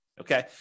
Okay